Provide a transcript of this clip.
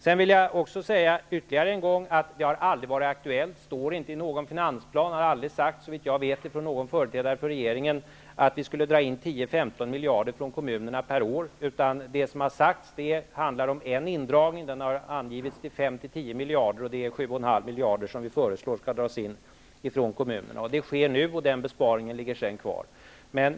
Sedan vill jag säga ytterligare en gång att det aldrig har varit aktuellt -- det står inte i någon finansplan, och det har inte sagts av någon företrädare för regeringen, såvitt jag vet -- att vi skulle dra in 10-- 15 miljarder per år från kommunerna. Det som har sagts är att det är fråga om en indragning, som har angetts till 5--10 miljarder, och det är alltså 7,5 miljarder som vi föreslår skall dras in från kommunerna. Det sker nu, och den besparingen ligger sedan kvar.